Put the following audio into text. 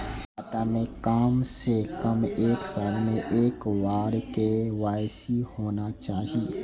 खाता में काम से कम एक साल में एक बार के.वाई.सी होना चाहि?